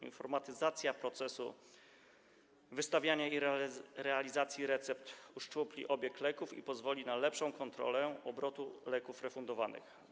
Informatyzacja procesu wystawiania i realizacji recept uszczupli obieg leków i pozwoli na lepszą kontrolę obrotu lekami refundowanymi.